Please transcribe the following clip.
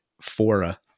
fora